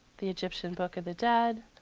the egyptian book of the dead,